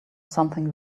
something